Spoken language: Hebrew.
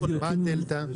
מה הדלתא?